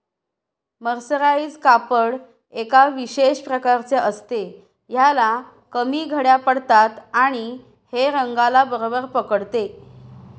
mercerise कापड एका विशेष प्रकारचे असते, ह्याला कमी घड्या पडतात आणि हे रंगाला बरोबर पकडते